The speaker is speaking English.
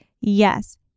Yes